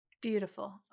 Beautiful